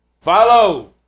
Follow